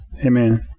Amen